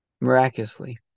miraculously